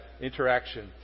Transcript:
interaction